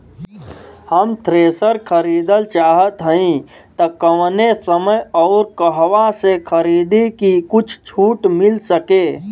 हम थ्रेसर खरीदल चाहत हइं त कवने समय अउर कहवा से खरीदी की कुछ छूट मिल सके?